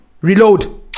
Reload